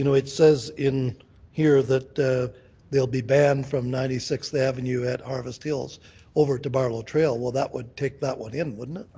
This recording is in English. you know it says in here that they'll be banned from ninety sixth avenue at harvest hills over to barlow trail. that would take that one in, wouldn't